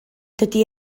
dydy